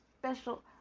special